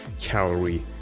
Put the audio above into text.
calorie